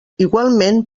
igualment